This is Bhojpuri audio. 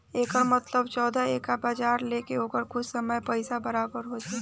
एकर मतलब चौदह टका ब्याज ले के ओकर कुछ समय मे पइसा बराबर हो जाई